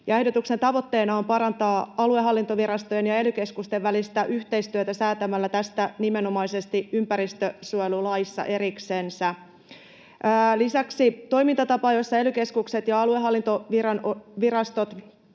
ehdotuksen tavoitteena on parantaa aluehallintovirastojen ja ely-keskusten välistä yhteistyötä säätämällä tästä nimenomaisesti ympäristönsuojelulaissa eriksensä. Lisäksi toimintatapa, jossa ely-keskukset ja aluehallintovirastot